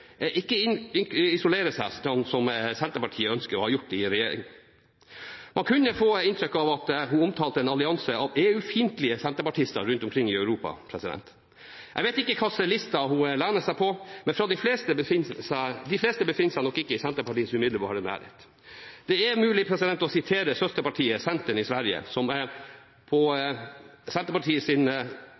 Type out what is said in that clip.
isolerer seg, slik Senterpartiet ønsker seg og har gjort i regjering. Man kunne få inntrykk av at hun omtalte en allianse av EU-fiendtlige senterpartister rundt omkring i Europa. Jeg vet ikke hvilken liste Navarsete lener seg på, men de fleste befinner seg nok ikke i Senterpartiets umiddelbare nærhet. Det er mulig å sitere til Senterpartiets søsterparti i Sverige, Centern, som